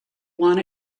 want